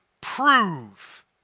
prove